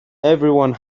everyone